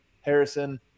Harrison